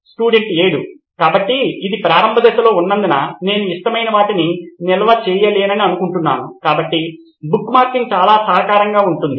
student 7 కాబట్టి ఇది ప్రారంభ దశలో ఉన్నందున నేను ఇష్టమైన వాటిని నిల్వ చేయలేనని అనుకుంటున్నాను కాబట్టి బుక్మార్కింగ్ చాలా సహాయకరంగా ఉంటుంది